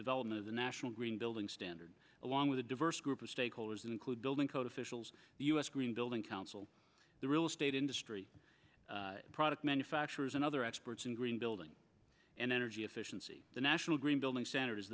development of the national green building standards along with a diverse group of stakeholders include building code officials the u s green building council the real estate industry product manufacturers and other experts in green building and energy efficiency the national green building standard is